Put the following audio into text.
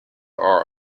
are